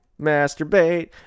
Masturbate